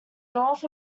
north